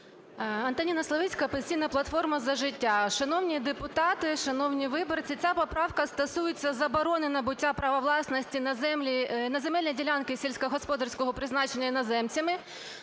Антоніна Славицька, "Опозиційна платформа – За життя". Шановні депутати, шановні виборці! Ця поправка стосується заборони набуття права власності на земельні ділянки сільськогосподарського призначення іноземцями,